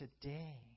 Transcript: today